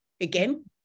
again